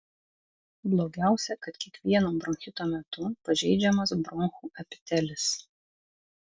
blogiausia kad kiekvieno bronchito metu pažeidžiamas bronchų epitelis